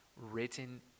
written